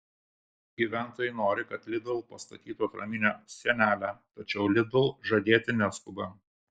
gyventojai nori kad lidl pastatytų atraminę sienelę tačiau lidl žadėti neskuba